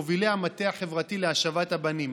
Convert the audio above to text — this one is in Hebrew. מובילי המטה החברתי להשבת הבנים.